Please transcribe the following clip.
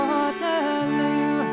Waterloo